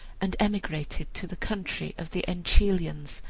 and emigrated to the country of the enchelians,